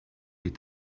est